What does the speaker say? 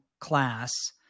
class